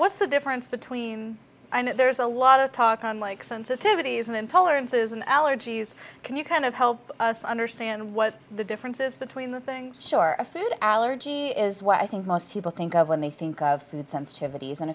what's the difference between there's a lot of talk like sensitivities and intolerance isn't allergies can you kind of help us understand what the differences between the things sure a food allergy is what i think most people think of when they think of food sensitivities